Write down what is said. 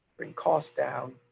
bring costs down,